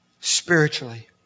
spiritually